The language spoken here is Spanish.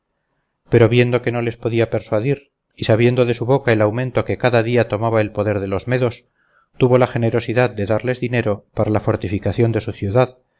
pero viendo que no les podía persuadir y sabiendo de su boca el aumento que cada día tomaba el poder de los medos tuvo la generosidad de darles dinero para la fortificación de su ciudad